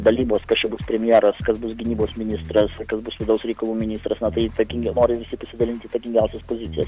dalybos kas čia bus premjeras kas bus gynybos ministras kas bus vidaus reikalų ministras na tai įtakingi nori visi pasidalint įtakingiausias pozicijas